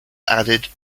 added